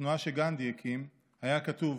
התנועה שגנדי הקים, היה כתוב: